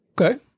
Okay